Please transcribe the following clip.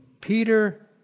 Peter